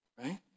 Right